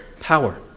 Power